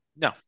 No